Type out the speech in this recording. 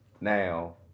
Now